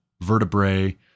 vertebrae